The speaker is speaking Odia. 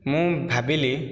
ମୁଁ ଭାବିଲି